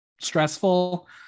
stressful